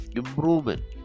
improvement